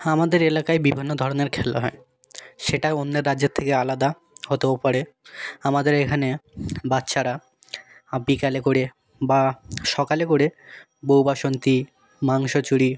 আমাদের এলাকায় বিভিন্ন ধরনের খেলা হয় সেটা অন্য রাজ্যের থেকে আলাদা হতেও পারে আমাদের এখানে বাচ্চারা বিকালে করে বা সকালে করে বউ বাসন্তী মাংস চুরি